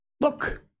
Look